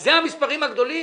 זה המספרים הגדולים?